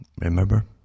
remember